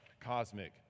cosmic